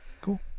Cool